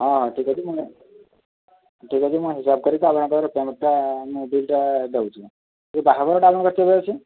ହଁ ହଁ ଠିକ୍ ଅଛି ମୁଁ ଠିକ୍ ଅଛି ମୁଁ ହିସାବ କରିକି ଆପଣଙ୍କର ପେମେଣ୍ଟ୍ଟା ମୁଁ ବିଲ୍ଟା ଦେଉଛି ଏ ବାହାଘରଟା ଆପଣଙ୍କର କେବେ ଅଛି